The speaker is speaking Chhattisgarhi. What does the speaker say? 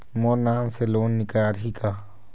मोर नाम से लोन निकारिही का?